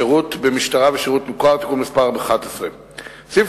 (שירות במשטרה ושירות מוכר) (תיקון מס' 11). סעיף